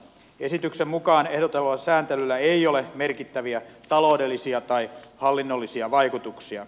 esityksen mukaan ehdotetulla sääntelyllä ei ole merkittäviä taloudellisia tai hallinnollisia vaikutuksia